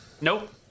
Nope